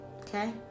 okay